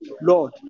Lord